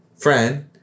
friend